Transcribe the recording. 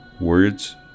words